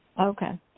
Okay